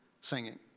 singing